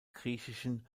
griechischen